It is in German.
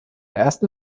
ersten